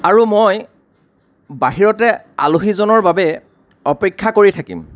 আৰু মই বাহিৰতে আলহীজনৰ বাবে অপেক্ষা কৰি থাকিম